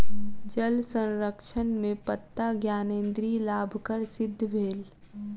जल संरक्षण में पत्ता ज्ञानेंद्री लाभकर सिद्ध भेल